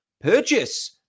purchase